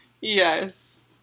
Yes